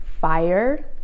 fire